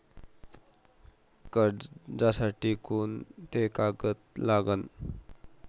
कर्जसाठी कोंते कागद लागन?